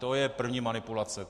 To je první manipulace.